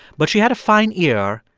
but she had a fine ear,